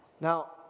Now